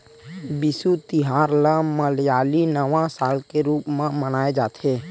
बिसु तिहार ल मलयाली नवा साल के रूप म मनाए जाथे